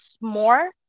more